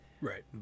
Right